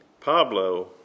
Pablo